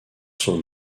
son